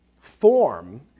form